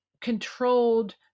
controlled